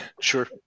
Sure